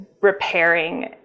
repairing